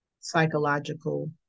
psychological